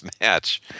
match